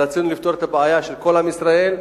רצינו לפתור את הבעיה של כל עם ישראל.